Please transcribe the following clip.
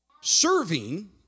serving